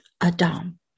Adam